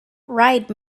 ride